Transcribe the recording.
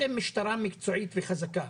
אתם משטרה מקצועית וחזקה.